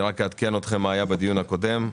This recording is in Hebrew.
אעדכן אתכם מה היה בדיון הקודם.